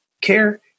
care